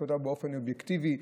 באופן אובייקטיבי,